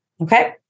Okay